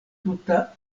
tuta